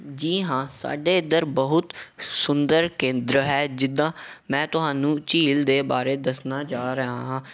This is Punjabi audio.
ਜੀ ਹਾਂ ਸਾਡੇ ਇੱਧਰ ਬਹੁਤ ਸੁੰਦਰ ਕੇਂਦਰ ਹੈ ਜਿੱਦਾਂ ਮੈਂ ਤੁਹਾਨੂੰ ਝੀਲ ਦੇ ਬਾਰੇ ਦੱਸਣ ਜਾ ਰਿਹਾ ਹਾਂ